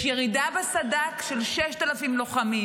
יש ירידה בסד"כ של 6,000 לוחמים.